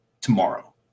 tomorrow